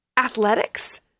Athletics